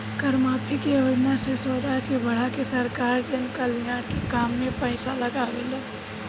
कर माफी के योजना से राजस्व के बढ़ा के सरकार जनकल्याण के काम में पईसा लागावेला